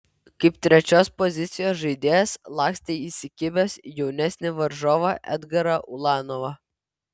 kaip trečios pozicijos žaidėjas lakstė įsikibęs jaunesnį varžovą edgarą ulanovą